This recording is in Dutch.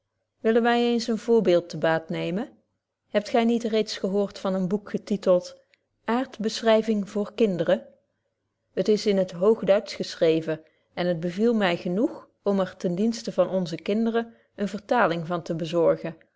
willen wy eens een voorbeeld te baat nemen hebt gy niet reeds gehoord van een boek getybetje wolff proeve over de opvoeding teld aardbeschryving voor kinderen het is in het hoogduitsch geschreven en het beviel my genoeg om er ten dienste van onze kinderen eene vertaling van te bezorgen